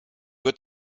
wird